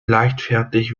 leichtfertig